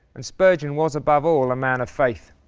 and spurgeon was above all a man of faith.